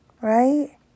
right